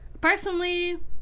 Personally